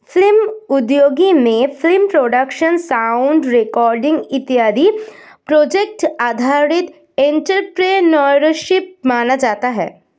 film उद्योगों में film production sound recording इत्यादि प्रोजेक्ट आधारित एंटरप्रेन्योरशिप माना जाता है